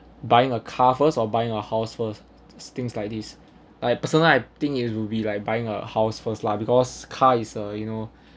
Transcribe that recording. buying a car first or buying a house first things like this I personally I think it'll be like buying a house first lah because car is a you know